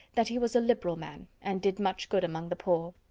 that he was a liberal man, and did much good among the poor.